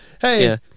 Hey